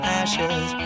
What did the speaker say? ashes